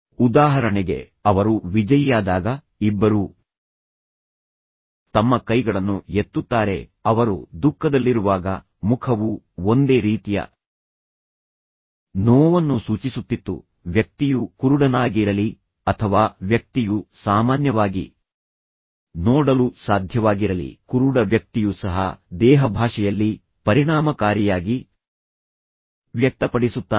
ಉದಾಹರಣೆಗೆ ಅವರು ವಿಜಯಿಯಾದಾಗ ಇಬ್ಬರೂ ತಮ್ಮ ಕೈಗಳನ್ನು ಎತ್ತುತ್ತಾರೆ ಅವರು ದುಃಖದಲ್ಲಿರುವಾಗ ಮುಖವು ಒಂದೇ ರೀತಿಯ ನೋವನ್ನು ಸೂಚಿಸುತ್ತಿತ್ತು ವ್ಯಕ್ತಿಯು ಕುರುಡನಾಗಿರಲಿ ಅಥವಾ ವ್ಯಕ್ತಿಯು ಸಾಮಾನ್ಯವಾಗಿ ನೋಡಲು ಸಾಧ್ಯವಾಗಿರಲಿ ಕುರುಡ ವ್ಯಕ್ತಿಯೂ ಸಹ ದೇಹಭಾಷೆಯಲ್ಲಿ ಪರಿಣಾಮಕಾರಿಯಾಗಿ ವ್ಯಕ್ತಪಡಿಸುತ್ತಾನೆ